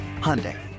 Hyundai